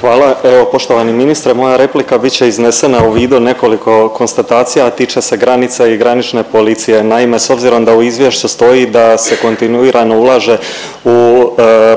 Hvala. Evo poštovani ministre, moja replika bit će iznesena u vidu nekoliko konstatacija, a tiče se granica i granične policije. Naime, s obzirom da u izvješću stoji da se kontinuirano ulaže u